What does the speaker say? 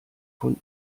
von